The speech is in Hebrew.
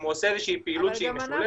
אם הוא עושה איזו שהיא פעילות שהיא משולבת,